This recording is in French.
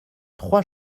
trois